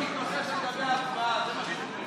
אינו נוכח בצלאל סמוטריץ' אינו משתתף בהצבעה אוסאמה